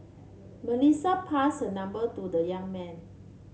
Melissa passed her number to the young man